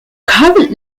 current